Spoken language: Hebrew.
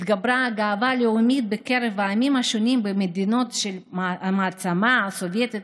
התגברה גאווה לאומית בקרב העמים השונים במדינות המעצמה הסובייטית